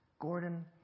Gordon